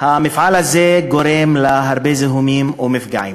המפעל הזה גורם להרבה זיהומים ומפגעים.